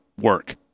work